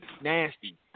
nasty